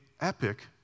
epic